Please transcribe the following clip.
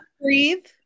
Breathe